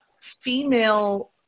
female –